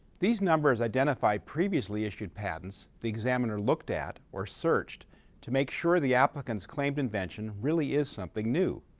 these numbers identify previously issued patents the examiner looked at or searched to make sure the applicant's claimed invention really is something new,